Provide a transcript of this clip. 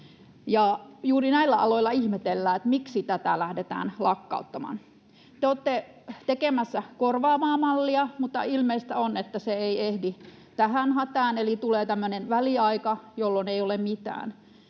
Juuri näillä aloilla ihmetellään, miksi tätä lähdetään lakkauttamaan. Te olette tekemässä korvaavaa mallia, mutta ilmeistä on, että se ei ehdi tähän hätään, eli tulee tämmöinen väliaika, jolloin ei ole mitään